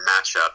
matchup